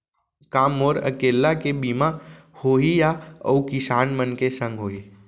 का मोर अकेल्ला के बीमा होही या अऊ किसान मन के संग होही?